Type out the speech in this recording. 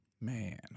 Man